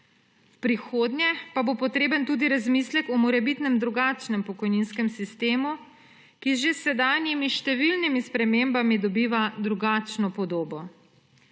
V prihodnje bo potreben tudi razmislek o morebitnem drugačnem pokojninskem sistemu, ki že s sedanjimi številnimi spremembami dobiva drugačno podobo.